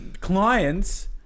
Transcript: clients